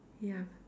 ya